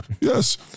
Yes